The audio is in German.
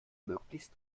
möglichst